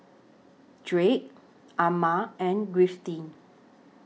Drake Ammon and Griffith